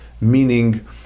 meaning